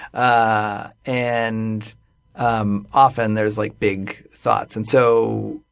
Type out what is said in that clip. ah and um often, there's like big thoughts. and so